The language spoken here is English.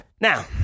Now